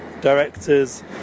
directors